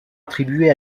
attribuée